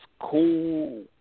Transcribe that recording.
cool